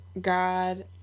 God